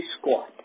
squat